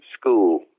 school